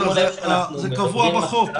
זה קבוע בחוק.